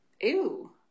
ew